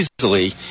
easily